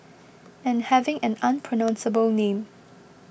and having an unpronounceable name